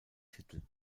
titel